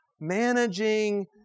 managing